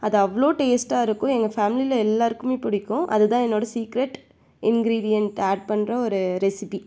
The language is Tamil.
அது அவ்வளோ டேஸ்டாக இருக்கும் எங்கள் பேமிலியில் எல்லாருக்கும் பிடிக்கும் அது தான் என்னோட சீக்ரட் இங்கிரிடியன்ட் ஆட் பண்ணுற ஒரு ரெசிப்பி